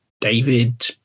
David